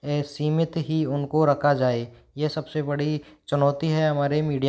ये सीमित ही उनको रखा जाए ये सब से बड़ी चुनौती है हमारे मीडिया के सामने